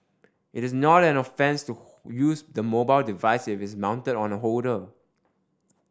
it is not an offence to use the mobile device if it is mounted on a holder